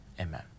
Amen